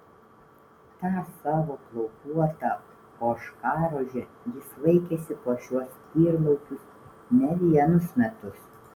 tą savo plaukuotą ožkarožę jis vaikėsi po šiuos tyrlaukius ne vienus metus